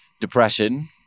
depression